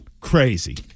Crazy